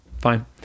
fine